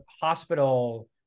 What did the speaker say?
hospital